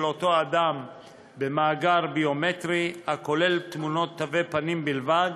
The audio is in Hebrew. אותו אדם במאגר ביומטרי הכולל תמונות תווי פנים בלבד